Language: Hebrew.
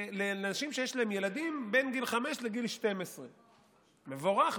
לאנשים שיש להם ילדים בין גיל 5 לגיל 12. מבורך.